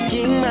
King